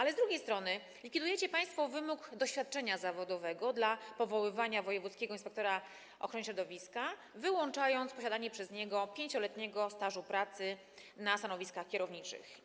Ale z drugiej strony likwidujecie państwo wymóg posiadania doświadczenia zawodowego w przypadku powoływania wojewódzkiego inspektora ochrony środowiska, wyłączacie posiadanie przez niego 5-letniego stażu pracy na stanowiskach kierowniczych.